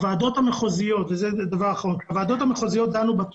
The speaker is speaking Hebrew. הוועדות המחוזיות דנו בתכנית.